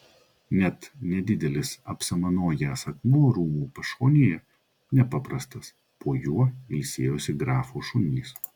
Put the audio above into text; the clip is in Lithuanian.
net nedidelis apsamanojęs akmuo rūmų pašonėje nepaprastas po juo ilsėjosi grafo šunys